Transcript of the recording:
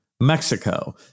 Mexico